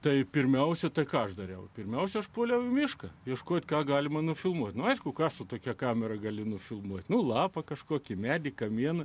tai pirmiausia tai ką aš dariau pirmiausia aš puoliau į mišką ieškot ką galima nufilmuoti nu aišku ką su tokia kamera gali nufilmuoti nu lapą kažkokį medį kamienu